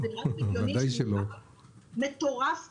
זה נראה לכם הגיוני לגבי מפעל מטורף כזה?